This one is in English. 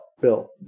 Bill